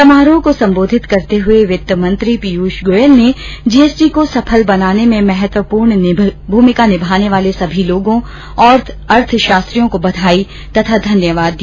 समारोह को सम्बोधित करते हुए वित्त मंत्री पीयूष गोयल ने जीएसटी को सफल बनाने में महत्वपूर्ण मूमिका निभाने वाले सभी लोगों और अर्थशास्त्रियों को बघाई और घन्यवाद दिया